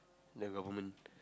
the government